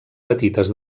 petites